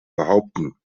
behaupten